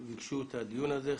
שבקשו את הדיון הזה הם: